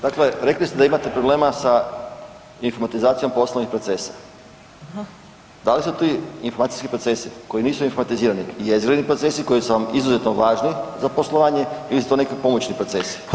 Dakle, rekli ste da imate problema sa informatizacijom poslovnih procesa, da li su ti informacijski procesi koji nisu informatizirani jezgreni procesi koji su vam izuzetno važni za poslovanje ili su to neki pomoćni procesi?